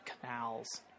canals